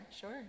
Sure